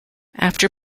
after